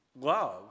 love